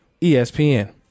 ESPN